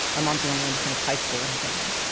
my mom's the only one to finish high school in her family.